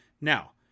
Now